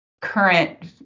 current